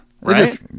Right